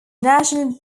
national